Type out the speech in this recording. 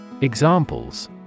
Examples